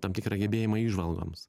tam tikrą gebėjimą įžvalgoms